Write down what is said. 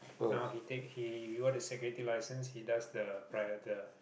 now he take he got a security license he does the pri~ the